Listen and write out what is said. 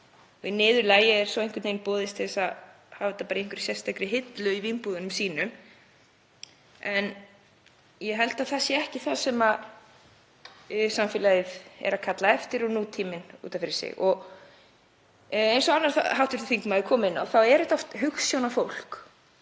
Í niðurlagi er svo einhvern veginn boðist til þess að þeir hafi þetta bara í einhverri sérstakri hillu í vínbúðunum sínum. En ég held að það sé ekki það sem samfélagið er að kalla eftir og nútíminn út af fyrir sig. Eins og annar hv. þingmaður kom inn á þá er þetta oft hugsjónafólk